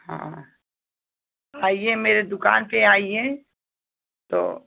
हाँ आइए मेरे दुकान पर आइए तो